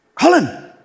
Colin